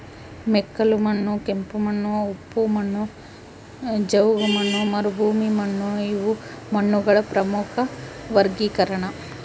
ಮೆಕ್ಕಲುಮಣ್ಣು ಕೆಂಪುಮಣ್ಣು ಉಪ್ಪು ಮಣ್ಣು ಜವುಗುಮಣ್ಣು ಮರುಭೂಮಿಮಣ್ಣುಇವು ಮಣ್ಣುಗಳ ಪ್ರಮುಖ ವರ್ಗೀಕರಣ